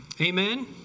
Amen